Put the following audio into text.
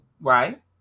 right